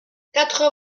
quatre